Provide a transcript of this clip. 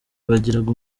bagiraga